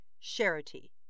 Charity